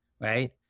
right